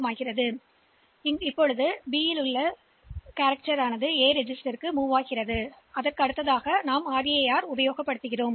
எனவே இது B பதிவேட்டில் இருந்த சாசனத்தை ஒரு பதிவேட்டில் வைக்கும் பின்னர் நாங்கள் ஒரு RAR செய்கிறோம்